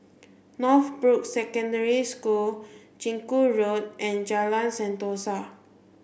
Northbrooks Secondary School Chiku Road and Jalan Sentosa